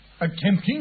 Attempting